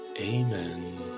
Amen